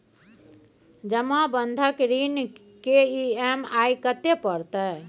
जमा बंधक ऋण के ई.एम.आई कत्ते परतै?